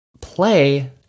play